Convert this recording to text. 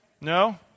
No